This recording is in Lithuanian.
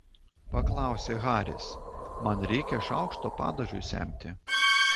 paklausė haris man reikia šaukšto padažui semti